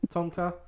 Tonka